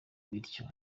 bityo